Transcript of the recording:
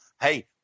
hey